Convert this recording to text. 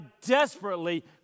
desperately